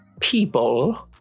people